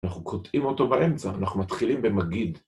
אנחנו קוטעים אותו באמצע. אנחנו מתחילים במגיד.